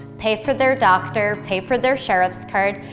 pay for their doctor, pay for their sheriff's card,